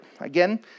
Again